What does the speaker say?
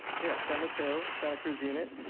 yeah san mateo-santa cruz unit,